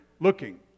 looking